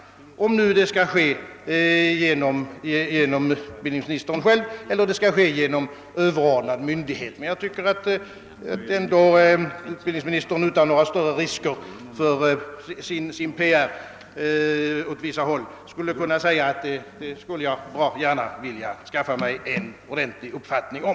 Jag vet inte om detta skulle ske genom besök av utbildningsministern själv eller av en underordnad myndighet, men jag tycker ati utbildningsministern, utan några större risker för sin PR åt vissa håll, skulle kunna säga: Det skulle jag bra gärna vilja skaffa mig en ordentlig uppfattning om.